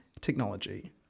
technology